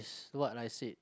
what I said